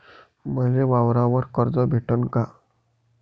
मले वावरावर कर्ज भेटन का?